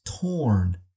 torn